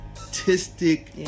artistic